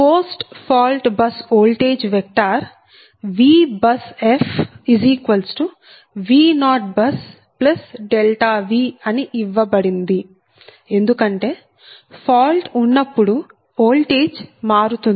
post fault bus voltage vector VBUSfVBUS0V అని ఇవ్వబడింది ఎందుకంటే ఫాల్ట్ ఉన్నప్పుడు ఓల్టేజ్ మారుతుంది